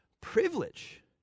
privilege